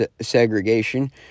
segregation